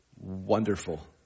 Wonderful